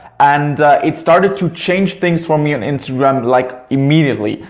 and it started to change things for me on instagram like immediately.